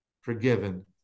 forgiven